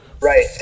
Right